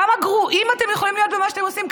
כמה גרועים אתם יכולים להיות במה שאתם עושים,